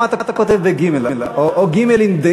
או גימ"ל עם,